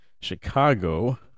Chicago